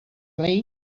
playing